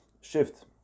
shift